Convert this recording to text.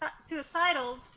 suicidal